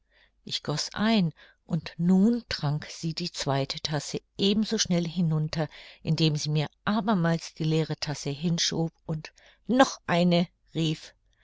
ich goß ein und nun trank sie die zweite tasse eben so schnell hinunter indem sie mir abermals die leere tasse hinschob und noch eine rief